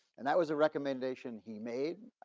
and that was a recommendation he made.